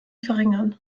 verringern